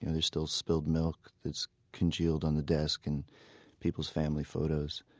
and there's still spilled milk that's congealed on the desk and people's family photos.